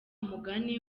mugani